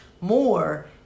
more